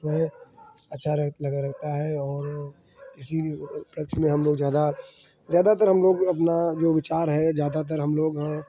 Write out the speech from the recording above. जो है अच्छा ल लगा रहता है और इसीलिए टच में हम लोग ज़्यादा ज़्यादातर हम लोग अपना जो विचार है ज़्यादातर हम लोग हैं